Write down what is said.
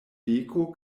beko